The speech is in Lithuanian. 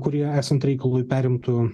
kurie esant reikalui perimtų